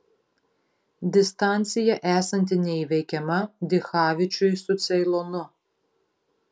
distancija esanti neįveikiama dichavičiui su ceilonu